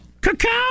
Cacao